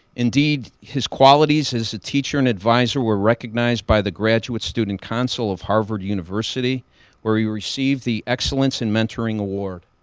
indeed his qualities as a teacher and advisor were recognized by the graduate student council of harvard university where he received the excellence in mentoring award.